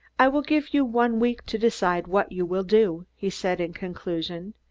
i will give you one week to decide what you will do, he said in conclusion.